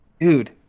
dude